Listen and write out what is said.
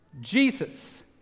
Jesus